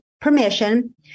permission